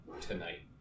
tonight